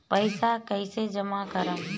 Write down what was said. पैसा कईसे जामा करम?